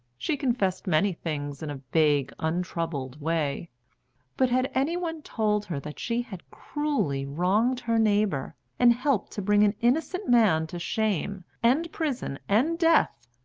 she confessed many things in a vague, untroubled way but had any one told her that she had cruelly wronged her neighbour, and helped to bring an innocent man to shame, and prison, and death,